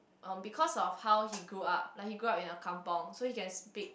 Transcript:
um because of how he grew up like he grew up in a kampung so he can speak